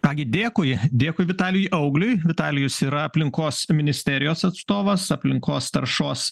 ką gi dėkui dėkui vitalijui augliui vitalijus yra aplinkos ministerijos atstovas aplinkos taršos